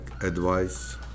advice